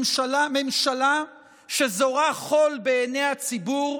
ממשלה שזורה חול בעיני הציבור,